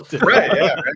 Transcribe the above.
Right